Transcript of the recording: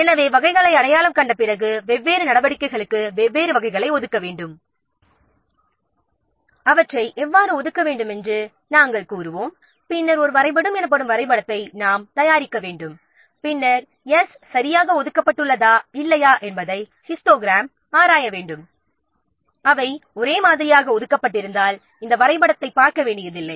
எனவே வகைகளை அடையாளம் கண்ட பிறகு வெவ்வேறு நடவடிக்கைகளுக்கு வெவ்வேறு வகைகளை ஒதுக்க வேண்டும அவற்றை எவ்வாறு ஒதுக்க வேண்டும் என்று நாம் கூறுவோம் பின்னர் ஹிஸ்டோகிராம் என்றழைக்கப்படும் ஒரு வரைபடத்தை நாம் தயாரிக்க வேண்டும் பின்னர் 's' சரியாக ஒதுக்கப்பட்டுள்ளதா இல்லையா என்பதை ஹிஸ்டோகிராம் மூலம் ஆராய வேண்டும் அவை ஒரே மாதிரியாக ஒதுக்கப்பட்டிருந்தால் இந்த ஹிஸ்டோகிராமை பார்க்க வேண்டியதில்லை